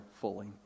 fully